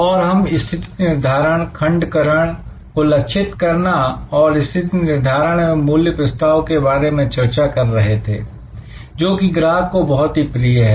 और हम स्थिति निर्धारण खंड करण को लक्षित करना और स्थिति निर्धारण एवं मूल्य प्रस्ताव के बारे में चर्चा कर रहे थे जोकि ग्राहक को बहुत ही प्रिय है